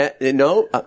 No